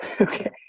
Okay